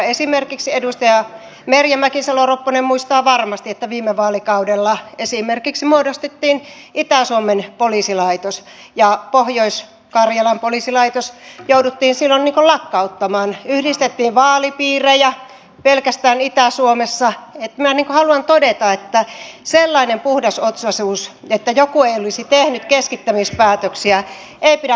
esimerkiksi edustaja merja mäkisalo ropponen muistaa varmasti että viime vaalikaudella esimerkiksi muodostettiin itä suomen poliisilaitos ja pohjois karjalan poliisilaitos jouduttiin silloin lakkauttamaan yhdistettiin vaalipiirejä pelkästään itä suomessa niin että minä haluan todeta että sellainen puhdasotsaisuus että joku ei olisi tehnyt keskittämispäätöksiä ei pidä paikkaansa